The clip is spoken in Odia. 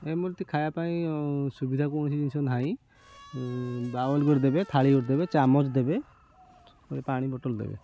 ଏମ୍ତି ଖାଇବା ପାଇଁ ସୁବିଧା କୌଣସି ଜିନିଷ ନାହିଁ ବାଓଲ କରି ଦେବେ ଥାଳି ଗୋଟେ ଦେବେ ଚାମଚ ଦେବେ ଗୋଟେ ପାଣି ବୋଟଲ୍ ଦେବେ